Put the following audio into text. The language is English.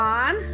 on